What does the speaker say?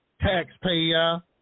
taxpayer